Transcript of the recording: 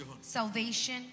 Salvation